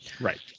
Right